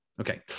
Okay